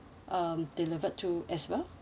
um deliver to as well